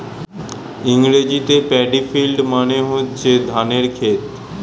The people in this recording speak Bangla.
ইংরেজিতে প্যাডি ফিল্ড মানে হচ্ছে ধানের ক্ষেত